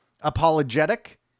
apologetic